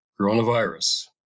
coronavirus